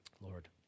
Lord